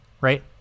right